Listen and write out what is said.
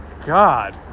God